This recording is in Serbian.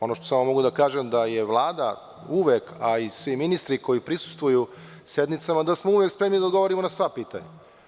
Ono što mogu samo da kažem da je Vlada uvek i svi ministri koji prisustvuju sednicama da smo uvek spremni da odgovorimo na sva pitanja.